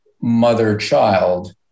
mother-child